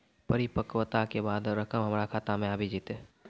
परिपक्वता के बाद रकम हमरा खाता मे आबी जेतै?